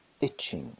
itching